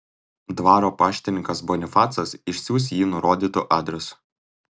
dvaro paštininkas bonifacas išsiųs jį nurodytu adresu